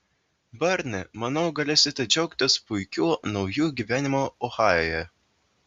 barni manau galėsite džiaugtis puikiu nauju gyvenimu ohajuje